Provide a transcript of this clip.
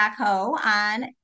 on